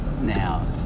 Now